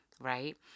right